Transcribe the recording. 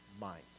mind